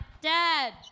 Dad